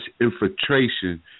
infiltration